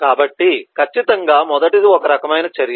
కాబట్టి ఖచ్చితంగా మొదటిది ఒక రకమైన చర్య